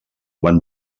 van